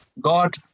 God